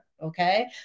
Okay